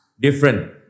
Different